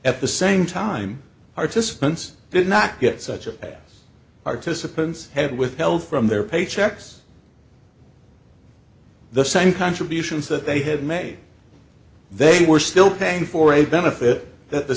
at the same time participants did not get such a participant had withheld from their paychecks the same contributions that they had made they were still paying for a benefit that the